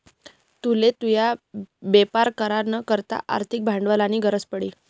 तुले तुना बेपार करा ना करता आर्थिक भांडवलनी गरज पडी